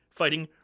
fighting